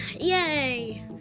Yay